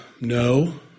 no